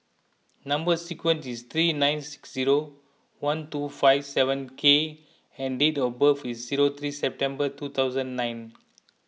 Number Sequence is T nine six zero one two five seven K and date of birth is zero three September two thousand nine